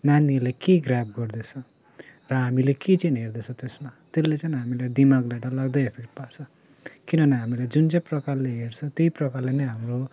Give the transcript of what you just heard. नानीहरूले के ग्राभ गर्दैछ र हामीले के चाहिँ हेर्दैछ त्यसमा त्यसले चाहिँ हामीलाई दिमागलाई डरलाग्दो एफेक्ट पार्छ किनभने हामीले जुन चाहिँ प्रकारले हेर्छ त्यही प्रकारले नै हाम्रो